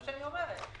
שלא יכלה לעבוד יותר.